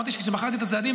אמרתי שכשבחרתי את הצעדים,